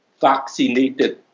vaccinated